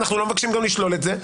שאנחנו לא מבקשים גם לשלולך את זה.